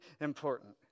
important